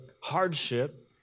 hardship